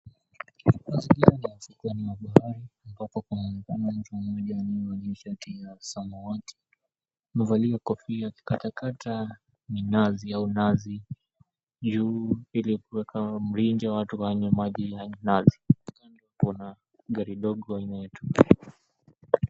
Mazingira ni ya ufukweni wa bahari ambapo kunaonekana mtu mmoja aliyevalia shati ya samawati. Amevalia kofia akikatakata minazi au nazi juu ili kuweka mrija watu wanywe maji ile ya minazi. Kuna gari ndogo aina ya tuktuk .